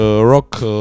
Rock